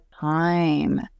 time